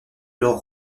leurs